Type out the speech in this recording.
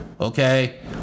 okay